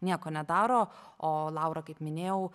nieko nedaro o laura kaip minėjau